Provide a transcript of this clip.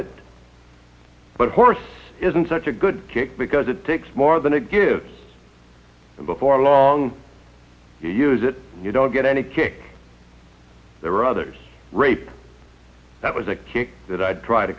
it but work isn't such a good kick because it takes more than a give and before long you use it you don't get any kick there are other rape that was a kick that i had tried a